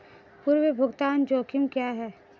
पूर्व भुगतान जोखिम क्या हैं?